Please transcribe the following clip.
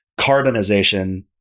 Carbonization